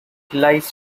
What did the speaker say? lies